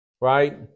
Right